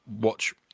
watch